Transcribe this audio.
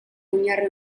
oinarri